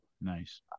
nice